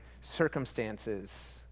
circumstances